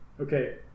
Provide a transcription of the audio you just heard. Okay